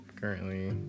Currently